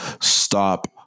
stop